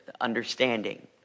understanding